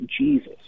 Jesus